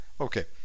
okay